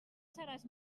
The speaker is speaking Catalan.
seràs